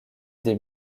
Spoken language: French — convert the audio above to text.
des